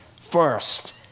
first